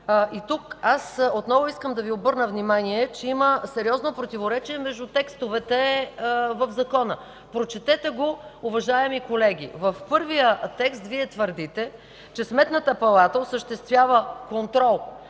И тук отново искам да Ви обърна внимание, че има сериозно противоречие между текстовете в закона. Прочетете го, уважаеми колеги. В първия текст Вие твърдите, че Сметната палата осъществява контрол,